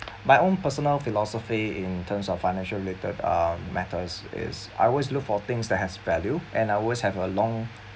my own personal philosophy in terms of financial related um matters is I always look for things that has value and I always have a long